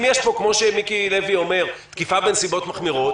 אם יש פה כמו שחבר הכנסת מיקי לוי אומר - תקיפה בנסיבות מחמירות,